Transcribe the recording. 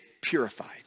purified